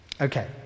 Okay